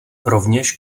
rovněž